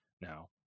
Now